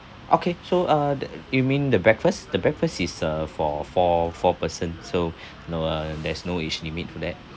okay so uh the you mean the breakfast the breakfast is a for four four person so no uh there's no age limit to that